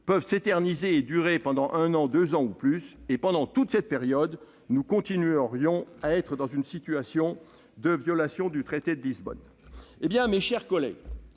peuvent s'éterniser et durer pendant un an, deux ans ou plus : pendant toute cette période, nous continuerions à être dans une situation de violation du traité de Lisbonne. » Eh bien, mes chers collègues,